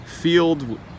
field